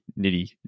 nitty